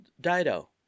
Dido